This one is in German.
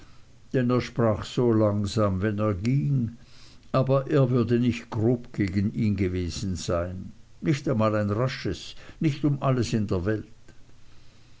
er sprach so langsam wie er ging aber er würde nicht grob gegen ihn gewesen sein nicht einmal ein rasches nicht um alles in der welt